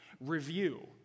Review